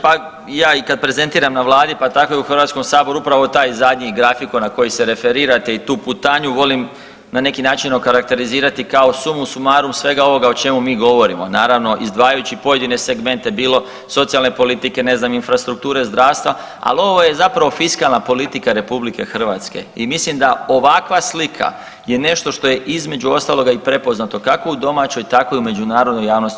Pa ja i kad prezentiram na vladi, pa tako i u HS upravo taj zadnji grafikon na koji se referirate i tu putanju volim na neki način okarakterizirati kao sumu sumarum svega ovoga o čemu mi govorimo, naravno izdvajajući pojedine segmente bilo socijalne politike, ne znam infrastrukture zdravstva, al ovo je zapravo fiskalna politika RH i mislim da ovakva slika je nešto što je između ostaloga i prepoznato kako u domaćoj tako i u međunarodnoj javnosti.